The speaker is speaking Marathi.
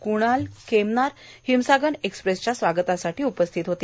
क्णाल खेमनार हिमसागर एक्सप्रेसच्या स्वागतासाठी उपस्थित होते